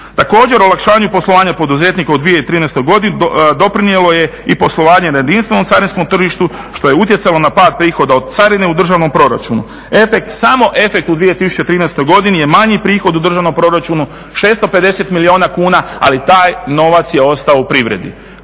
Također olakšanju poslovanja poduzetnika u 2013. godini doprinijelo je i poslovanje na jedinstvenom carinskom tržištu što je utjecalo na pad prihoda od carine u državnom proračunu. Efekt, samo efekt u 2013. godini je manji prihod u državnom proračunu 650 milijuna kuna, ali taj novac je ostao u privredi.